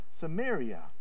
Samaria